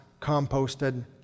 composted